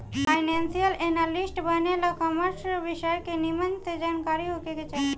financial analyst बने ला commerce विषय के निमन से जानकारी होखे के चाही